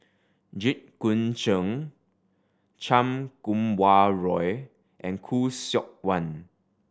Jit Koon Ch'ng Chan Kum Wah Roy and Khoo Seok Wan